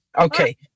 Okay